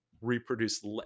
reproduce